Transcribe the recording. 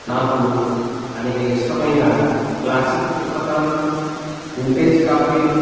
నాకు అనేక ఇష్టమైన క్లాసిక్ పుస్తకాలు వింటేజ్ కాపీలు